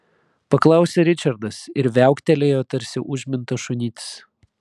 paklausė ričardas ir viauktelėjo tarsi užmintas šunytis